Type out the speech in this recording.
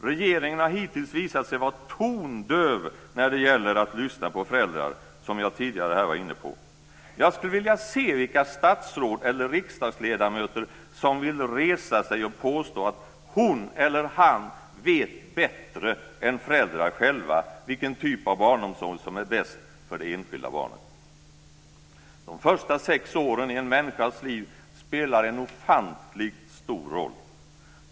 Regeringen har hittills visat sig vara tondöv när det gäller att lyssna på föräldrar, vilket jag tidigare var inne på här. Jag skulle vilja se vilka statsråd eller riksdagsledamöter som vill resa sig och påstå att hon eller han vet bättre än föräldrar själva vilken typ av barnomsorg som är bäst för det enskilda barnet. De första sex åren i en människas liv spelar en ofantligt stor roll.